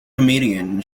comedian